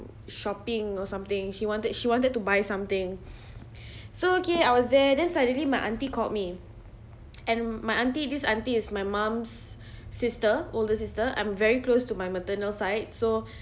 shopping or something he wanted she wanted to buy something so okay I was there then suddenly my auntie called me and my auntie this auntie is my mum's sister older sister I'm very close to my maternal side so